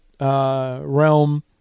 realm